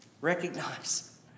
recognize